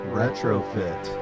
retrofit